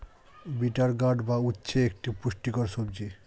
bitter gourd বা উচ্ছে একটি পুষ্টিকর সবজি